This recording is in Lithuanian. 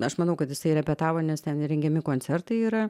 aš manau kad jisai repetavo nes ten rengiami koncertai yra